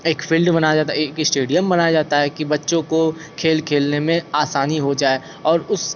एक फील्ड बनाया जाता एक स्टेडियम बनाया जाता है कि बच्चों को खेल खेलने में आसानी हो जाए और उस